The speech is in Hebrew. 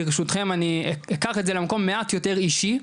ברשותכם אני אקח את זה למקום מעט יותר אישי,